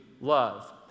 love